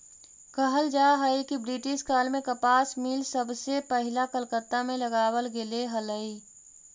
कहल जा हई कि ब्रिटिश काल में कपास मिल सबसे पहिला कलकत्ता में लगावल गेले हलई